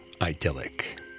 idyllic